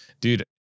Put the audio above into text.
dude